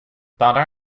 pendant